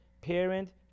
parent